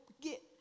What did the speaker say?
get